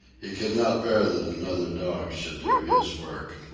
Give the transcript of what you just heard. he could not bear that another dog should do his work.